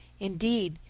indeed,